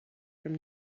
from